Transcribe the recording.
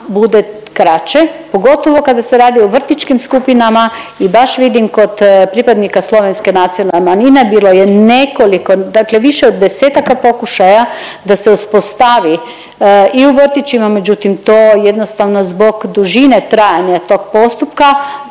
bude kraće, pogotovo kada se radi o vrtićkim skupinama i baš vidim kod pripadnika slovenske nacionalne manjine bilo je nekoliko, dakle više od desetaka pokušaja da se uspostavi i u vrtićima, međutim to jednostavno zbog dužine trajanja tog postupka,